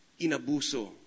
inabuso